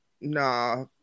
Nah